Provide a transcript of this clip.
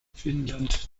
finnland